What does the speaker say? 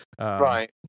right